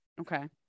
Okay